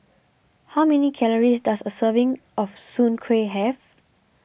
how many calories does a serving of Soon Kueh have